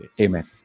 Amen